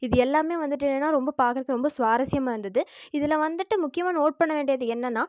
இது எல்லாமே வந்துவிட்டு என்னன்னா ரொம்ப பார்க்கறக்கு ரொம்ப சுவாரஸ்யமா இருந்துது இதில் வந்துவிட்டு முக்கியமாக நோட் பண்ண வேண்டியது என்னன்னா